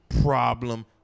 problem